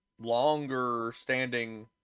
longer-standing